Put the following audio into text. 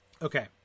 Okay